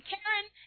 Karen